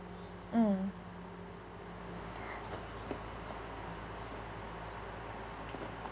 mm